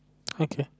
okay